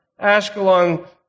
Ashkelon